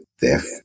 death